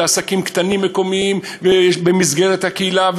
לעסקים קטנים מקומיים במסגרת הקהילה.